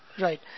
Right